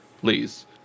please